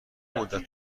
مدت